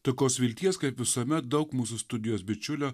tokios vilties kaip visuomet daug mūsų studijos bičiulio